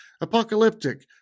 apocalyptic